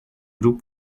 group